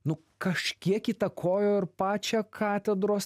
nu kažkiek įtakojo ir pačią katedros